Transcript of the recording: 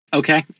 okay